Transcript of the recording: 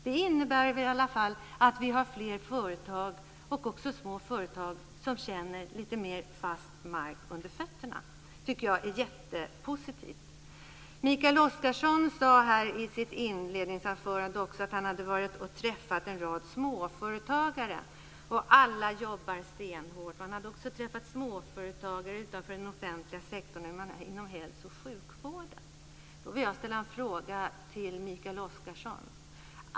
Det innebär i varje fall att vi har fler företag och också små företag som känner lite mer fast mark under fötterna. Det tycker jag är jättepositivt. Mikael Oscarsson sade i sitt inledningsanförande att han varit och träffat en rad småföretagare. Alla jobbade stenhårt. Han hade också träffat småföretagare utanför den offentliga sektorn inom hälso och sjukvården. Jag vill ställa en fråga till Mikael Oscarsson.